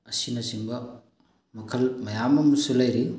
ꯑꯁꯤꯅꯆꯤꯡꯕ ꯃꯈꯜ ꯃꯌꯥꯝ ꯑꯃꯁꯨ ꯂꯩꯔꯤ